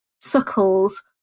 suckles